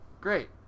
great